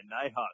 Nighthawk